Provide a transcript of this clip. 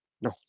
No